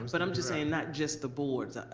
um but i'm just saying, not just the boards.